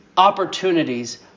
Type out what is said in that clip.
Opportunities